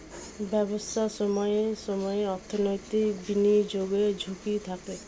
ব্যবসায় সময়ে সময়ে অর্থনৈতিক বিনিয়োগের ঝুঁকি থাকে